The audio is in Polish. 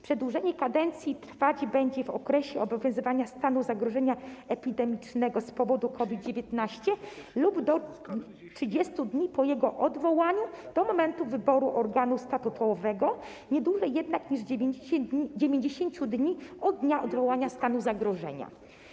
Przedłużenie kadencji trwać będzie w okresie obowiązywania stanu zagrożenia epidemicznego z powodu COVID-19 lub do 30 dni po jego odwołaniu do momentu wyboru organu statutowego, nie dłużej jednak niż 90 dni od dnia odwołania stanu zagrożenia.